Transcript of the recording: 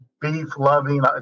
beef-loving